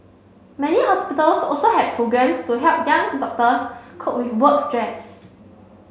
many hospitals also have programmes to help young doctors cope with work stress